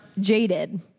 Jaded